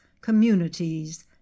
communities